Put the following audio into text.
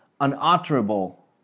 unutterable